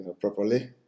properly